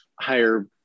higher